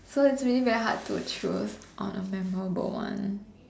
so it's really very hard to choose on a memorable one